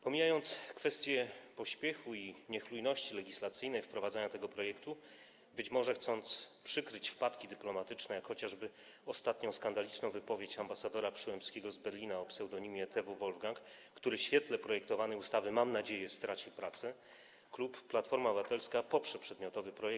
Pomimo kwestii pośpiechu i niechlujności legislacyjnej w zakresie wprowadzania tego projektu - być może chciano przykryć wpadki dyplomatyczne, jak chociażby ostatnią skandaliczną wypowiedź ambasadora Przyłębskiego z Berlina o pseudonimie TW Wolfgang, który w świetle projektowanej ustawy, mam nadzieję, straci pracę - klub Platforma Obywatelska poprze przedmiotowy projekt.